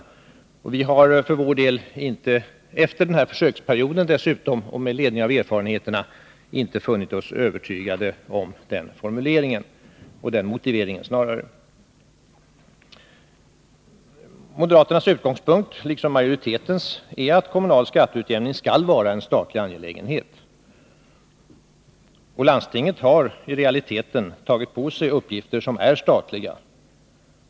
Vi moderater har för vår del, efter denna försöksperiod och med ledning av erfarenheterna, inte funnit oss övertygade av den motiveringen. Moderaternas utgångspunkt, liksom majoritetens, är att kommunal skatteutjämning skall vara en statlig angelägenhet. Landstinget har i realiteten tagit på sig uppgifter som är statliga.